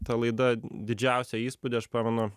ta laida didžiausią įspūdį aš pamenu